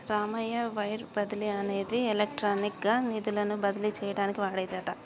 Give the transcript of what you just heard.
Ramayya wire బదిలీ అనేది electronic గా నిధులను బదిలీ చేయటానికి వాడేదట